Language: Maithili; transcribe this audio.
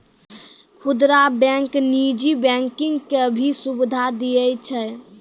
खुदरा बैंक नीजी बैंकिंग के भी सुविधा दियै छै